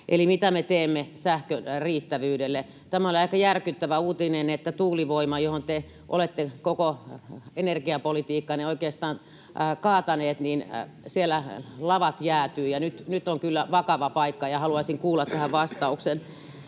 mitä me teemme sähkön riittävyydelle? Tämä oli aika järkyttävä uutinen tuulivoimasta, johon te olette koko energiapolitiikkanne oikeastaan kaataneet, että siellä lavat jäätyvät. Nyt on kyllä vakava paikka, ja haluaisin kuulla tähän vastauksen.